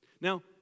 Now